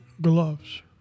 gloves